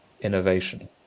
innovation